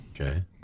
Okay